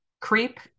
creep